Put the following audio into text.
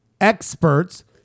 experts